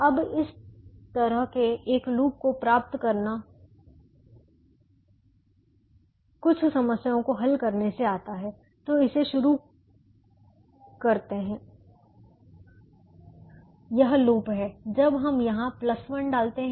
अब इस तरह के एक लूप को प्राप्त करना कुछ समस्याओं को हल करने से आता है तो इसे शुरू करते हैं यह लूप है जब हम यहां 1 डालते हैं